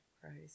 Christ